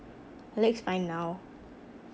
her leg's fine now